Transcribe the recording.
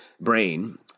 brain